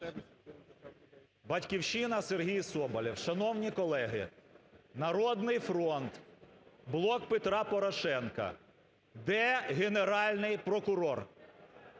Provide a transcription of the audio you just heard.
"Батьківщина", Сергій Соболєв. Шановні колеги, "Народний фронт", "Блок Петра Порошенка", де Генеральний прокурор?